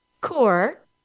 core